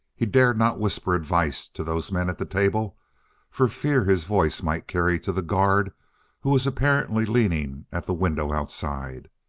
he dared not whisper advice to those men at the table for fear his voice might carry to the guard who was apparently leaning at the window outside.